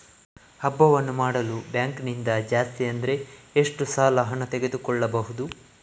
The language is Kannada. ಹಬ್ಬವನ್ನು ಮಾಡಲು ಬ್ಯಾಂಕ್ ನಿಂದ ಜಾಸ್ತಿ ಅಂದ್ರೆ ಎಷ್ಟು ಸಾಲ ಹಣ ತೆಗೆದುಕೊಳ್ಳಬಹುದು?